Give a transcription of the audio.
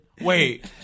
Wait